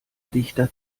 dichter